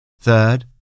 Third